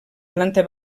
planta